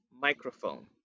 microphone